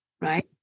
right